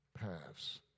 paths